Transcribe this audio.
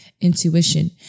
intuition